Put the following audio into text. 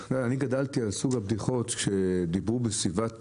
אני גדלתי על סוג הבדיחות שדיברו בסביבת